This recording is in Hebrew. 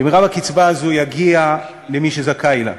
שמרב הקצבה הזאת יגיע למי שזכאי לה.